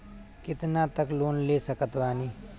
कितना तक लोन ले सकत बानी?